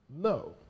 No